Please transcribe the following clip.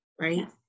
right